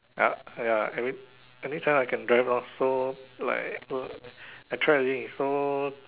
ya ya every~ every time I can drive lah so like I try everything so